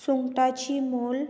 सुंगटाची मोल